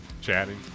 chatting